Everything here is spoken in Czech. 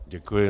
Děkuji.